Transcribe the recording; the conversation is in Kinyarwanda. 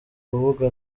rubuga